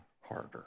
harder